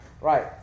Right